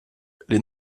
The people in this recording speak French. les